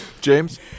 James